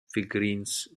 figurines